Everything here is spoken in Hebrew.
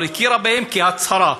אבל הכירה בהם כהצהרה.